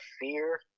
fear